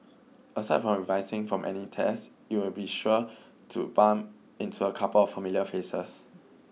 aside from revising for any tests you'll be sure to bump into a couple of familiar faces